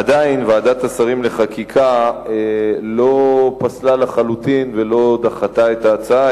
עדיין ועדת השרים לחקיקה לא פסלה לחלוטין ולא דחתה את ההצעה,